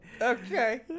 okay